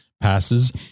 passes